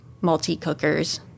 multi-cookers